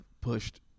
pushed